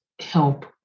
help